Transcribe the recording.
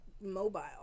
mobile